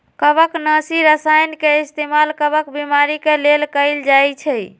कवकनाशी रसायन के इस्तेमाल कवक बीमारी के लेल कएल जाई छई